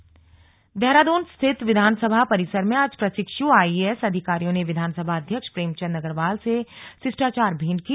विधानसभा अध्यक्ष देहराद्रन स्थित विधानसभा परिसर में आज प्रशिक्ष्म आईएएस अधिकारियों ने विधानसभा अध्यक्ष प्रेमचंद अग्रवाल से शिष्टाचार भेंट की